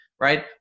right